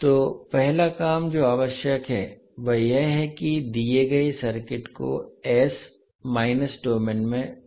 तो पहला काम जो आवश्यक है वह यह है कि दिए गए सर्किट को s माइनस डोमेन में परिवर्तित करें